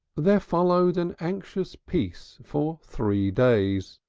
there followed an anxious peace for three days,